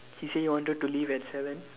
he say he wanted to leave at seven